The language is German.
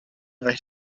reicht